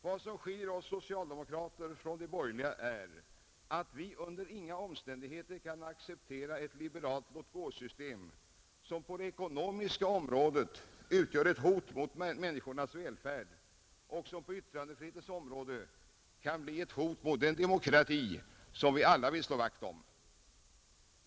Vad som skiljer oss socialdemokrater från de borgerliga är att vi under inga omständigheter kan acceptera ett liberalt låtgåsystem som på det ekonomiska området utgör ett hot mot människornas välfärd och som på yttrandefrihetens område kan bli ett hot mot den demokrati som vi alla vill slå vakt om.